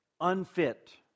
unfit